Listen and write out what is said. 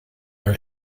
her